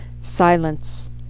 silence